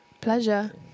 pleasure